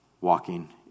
walking